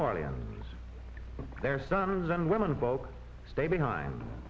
orleans their sons and women folk stay behind